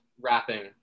wrapping